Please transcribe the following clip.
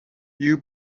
you